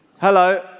Hello